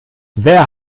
wer